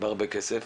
בהרבה כסף,